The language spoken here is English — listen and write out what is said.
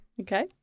Okay